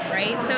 right